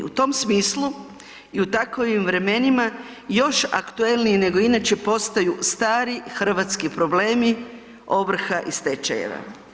U tom smislu i u takvim vremenima još aktualniji nego inače postaju stari hrvatski problemi ovrha i stečajeva.